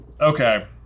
Okay